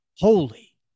holy